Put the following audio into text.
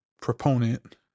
proponent